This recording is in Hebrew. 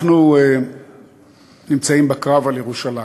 אנחנו נמצאים בקרב על ירושלים.